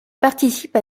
participe